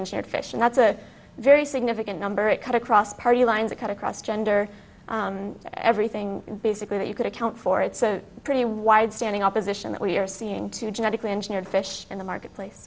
engineered fish and that's a very significant number it cut across party lines that cut across gender everything basically that you could account for it's a pretty wide standing opposition that we're seeing to genetically engineered fish in the